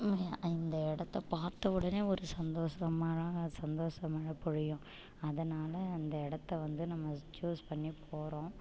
இந்த இடத்த பார்த்தா உடனே ஒரு சந்தோஷமான சந்தோச மழை பொழியும் அதனால் அந்த இடத்த வந்து நம்ம சூஸ் பண்ணி போகறோம்